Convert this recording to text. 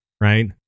right